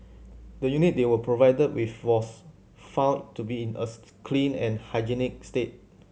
the unit they were provided with was found to be in a clean and hygienic state